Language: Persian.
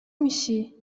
میشی